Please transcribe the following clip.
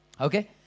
Okay